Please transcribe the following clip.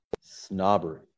snobbery